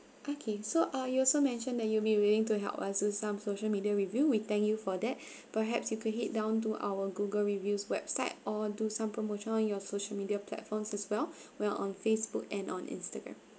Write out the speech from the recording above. okay so uh you also mentioned that you'll be willing to help us do some social media review we thank you for that perhaps you could head down to our google reviews website or do some promotion on your social media platforms as well well on Facebook and on Instagram